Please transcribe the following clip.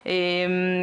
היום מאוד ברור לי.